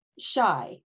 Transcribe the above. shy